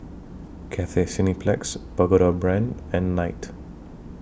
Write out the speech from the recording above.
Cathay Cineplex Pagoda Brand and Knight